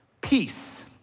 peace